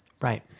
right